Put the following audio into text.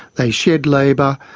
they shed labour,